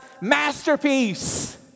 masterpiece